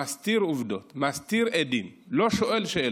מסתיר עובדות, מסתיר עדים, לא שואל שאלות,